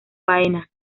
baena